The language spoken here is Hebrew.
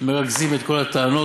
מרכזים את כל הטענות,